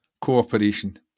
cooperation